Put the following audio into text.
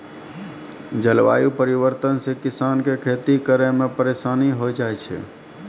जलवायु परिवर्तन से किसान के खेती करै मे परिसानी होय जाय छै